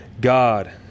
God